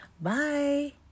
Bye